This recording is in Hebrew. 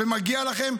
ומגיע לכם.